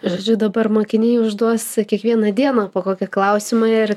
žodžiu dabar mokiniai užduos kiekvieną dieną po kokį klausimą ir